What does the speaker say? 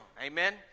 Amen